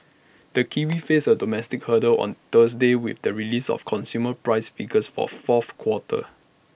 the kiwi faces A domestic hurdle on Thursday with the release of consumer price figures for fourth quarter